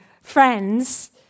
friends